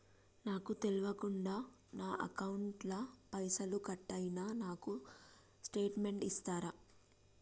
నాకు తెల్వకుండా నా అకౌంట్ ల పైసల్ కట్ అయినై నాకు స్టేటుమెంట్ ఇస్తరా?